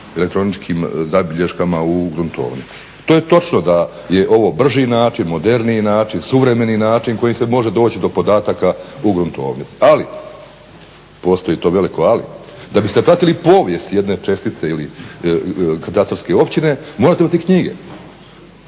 elektroničkim zabilješkama u gruntovnici. To je točno da je ovo brži način, moderniji način, suvremeni način kojim se može doći do podataka u gruntovnici. Ali postoji to veliko ali. Da biste pratili povijest jedne čestice ili katastarske općine morate imati knjige,